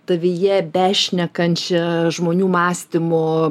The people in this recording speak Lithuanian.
tavyje bešnekančią žmonių mąstymo